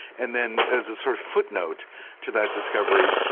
and then as a sort of footnote to that discovery,